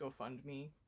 GoFundMe